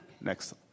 Next